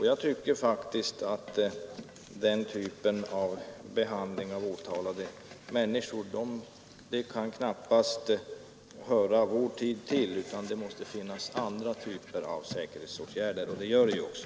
Jag tycker faktiskt att den typen av behandling av åtalade människor inte kan höra vår tid till, utan det måste finnas andra typer av säkerhetsåtgärder — och det gör det ju också.